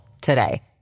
today